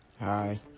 Hi